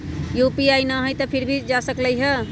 UPI न हई फिर भी जा सकलई ह?